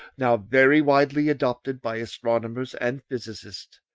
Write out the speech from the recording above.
now very widely adopted by astronomers and physicists.